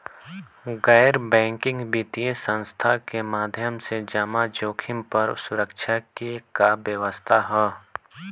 गैर बैंकिंग वित्तीय संस्था के माध्यम से जमा जोखिम पर सुरक्षा के का व्यवस्था ह?